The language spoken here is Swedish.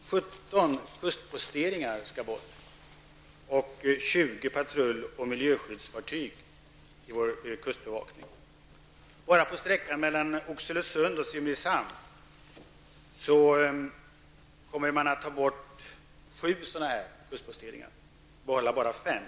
17 kustposteringar skall bort och 20 patrull och miljöskyddsfartyg i vår kustbevakning. På sträckan mellan Oxelösund och Simrishamn kommer man att ta bort sju kustposteringar och behålla endast fem.